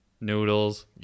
noodles